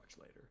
later